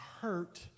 hurt